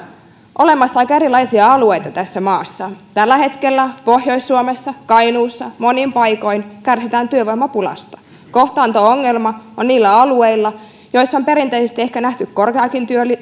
aika erilaisia alueita tässä maassa tällä hetkellä pohjois suomessa kainuussa monin paikoin kärsitään työvoimapulasta kohtaanto ongelma on niillä alueilla joissa on perinteisesti ehkä nähty korkeaakin